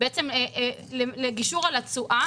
בעצם לגישור על התשואה.